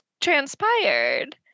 transpired